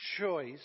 choice